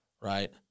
Right